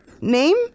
name